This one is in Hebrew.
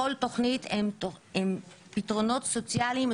בכל תוכנית יש פתרונות סוציאליים.